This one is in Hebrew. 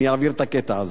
אני אעביר את הקטע הזה.